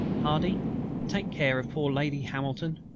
hardy take care of poor lady hamilton.